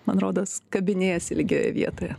man rodos kabinėjasi lygioje vietoje